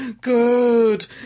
good